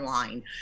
online